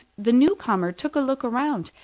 the newcomer took a look round,